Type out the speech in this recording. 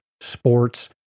sports